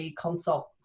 consult